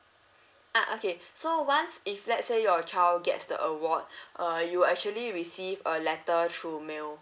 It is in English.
ah okay so once if let's say your child gets the award uh you actually receive a letter through mail